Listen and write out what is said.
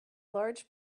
large